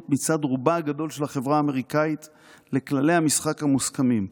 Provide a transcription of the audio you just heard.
מצד רובה הגדול של החברה האמריקאית לכללי המשחק המוסכמים.